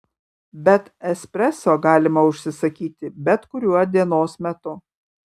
bet espreso galima užsisakyti bet kuriuo dienos metu